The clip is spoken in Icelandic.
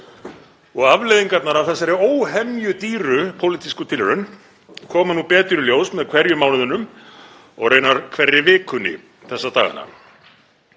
Afleiðingarnar af þessari óhemju dýru pólitísku tilraun koma betur í ljós með hverjum mánuðinum og raunar hverri vikunni þessa dagana.